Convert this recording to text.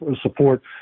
support